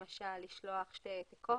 למשל, לשלוח שני העתקים